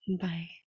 Bye